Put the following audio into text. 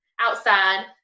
outside